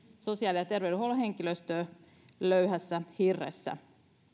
sosiaali ja terveydenhuollon henkilöstöä löyhässä hirressä